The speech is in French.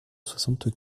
soixante